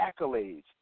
accolades